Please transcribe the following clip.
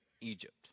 Egypt